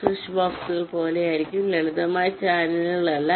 switch ബോക്സുകൾ പോലെയായിരിക്കുക ലളിതമായ ചാനലുകളല്ല